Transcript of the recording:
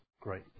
great